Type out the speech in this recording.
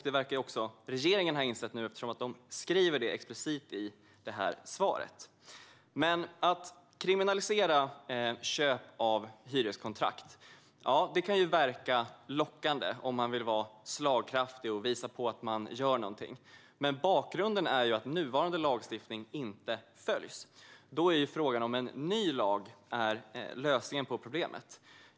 Det verkar även regeringen ha insett, eftersom det sägs explicit i svaret. Att kriminalisera köp av hyreskontrakt kan verka lockande om man vill vara slagkraftig och visa att man gör någonting. Men bakgrunden är att nuvarande lagstiftning inte följs. Då är frågan om en ny lag är lösningen på problemet.